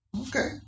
Okay